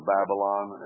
Babylon